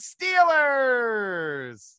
Steelers